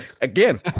Again